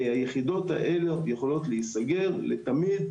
היחידות האלה יכולות להיסגר לתמיד,